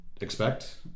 expect